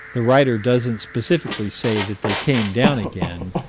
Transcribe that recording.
the writer doesn't specifically say that they came down again,